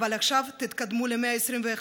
אבל עכשיו תתקדמו למאה ה-21.